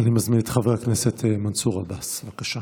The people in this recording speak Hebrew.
אני מזמין את חבר הכנסת מנסור עבאס, בבקשה.